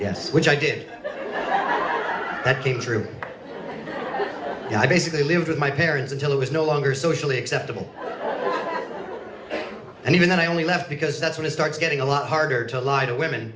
yes which i did that came through i basically lived with my parents until it was no longer socially acceptable and even then i only left because that's when it starts getting a lot harder to lie to women